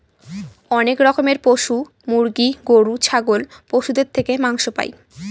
অনেক রকমের পশু মুরগি, গরু, ছাগল পশুদের থেকে মাংস পাই